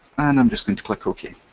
and i'm just going to click ok.